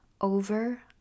over